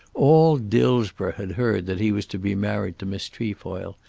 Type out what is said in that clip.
all dillsborough had heard that he was to be married to miss trefoil,